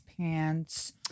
pants